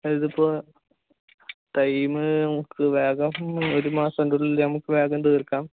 അതിപ്പോൾ ടൈമ് നമുക്ക് വേഗം ഒരു മാസത്തിനുള്ളില് നമുക്ക് വേഗം തീർക്കാം